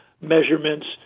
measurements